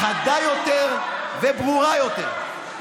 חדה יותר וברורה יותר.